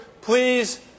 please